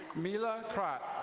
mila crapp.